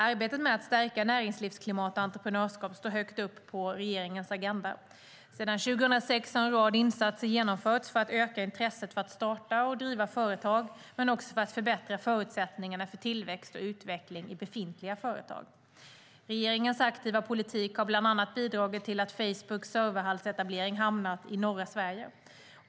Arbetet med att stärka näringslivsklimat och entreprenörskap står högt på regeringens agenda. Sedan 2006 har en rad insatser genomförts för att öka intresset för att starta och driva företag men också för att förbättra förutsättningarna för tillväxt och utveckling i befintliga företag. Regeringens aktiva politik har bland annat bidragit till att Facebooks serverhallsetablering hamnat i norra Sverige.